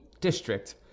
district